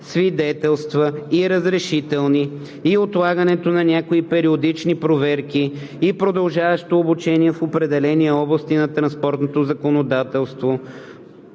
свидетелства и разрешителни и отлагането на някои периодични проверки и продължаващо обучение в определени области на транспортното законодателство